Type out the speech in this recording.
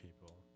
people